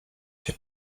się